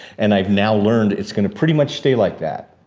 and i've now learned it's gonna pretty much stay like that.